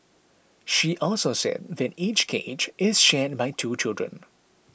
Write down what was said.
she also said that each cage is shared by two children